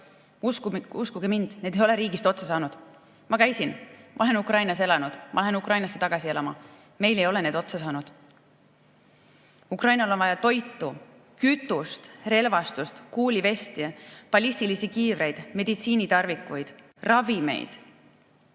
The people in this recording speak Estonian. Uskuge mind, need ei ole riigist otsa saanud. Ma käisin seal, ma olen Ukrainas elanud, ma lähen Ukrainasse tagasi elama. Meil ei ole need otsa saanud. Ukrainal on vaja toitu, kütust, relvastust, kuuliveste, ballistilisi kiivreid, meditsiinitarvikuid, ravimeid.